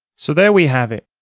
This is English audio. so there we have it.